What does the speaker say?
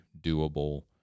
doable